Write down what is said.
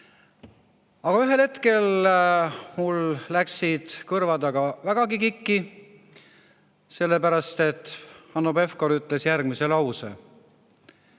Aga ühel hetkel läksid mul kõrvad vägagi kikki, sellepärast et Hanno Pevkur ütles järgmise lause.